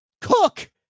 cook